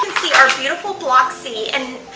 see our beautiful block c and.